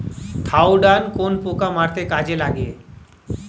Thiodan কোন পোকা মারতে কাজে লাগে?